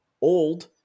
Old